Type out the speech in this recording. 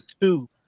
two